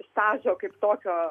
stažo kaip tokio